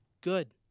Good